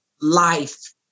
life